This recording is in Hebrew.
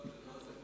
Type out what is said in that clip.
לא, זה לא זה,